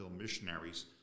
Missionaries